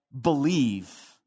believe